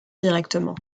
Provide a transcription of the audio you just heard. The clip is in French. directement